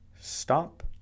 Stop